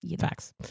Facts